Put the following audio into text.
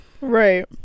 right